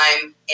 time